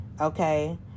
okay